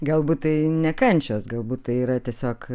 galbūt tai ne kančios galbūt tai yra tiesiog